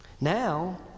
Now